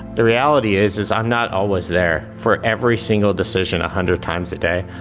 the reality is is i'm not always there, for every single decision a hundred times a day,